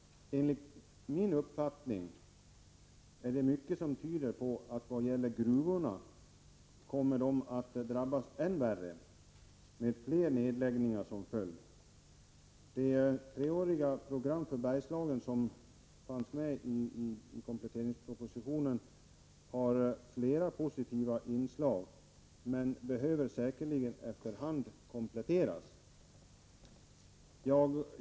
Enligt min uppfattning är det mycket som tyder på att gruvorna kommer att drabbas än värre med fler nedläggningar som följd. Det treåriga program för Bergslagen som finns i kompletteringspropositionen har flera positiva inslag men behöver säkerligen kompletteras efter hand.